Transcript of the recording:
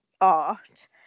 art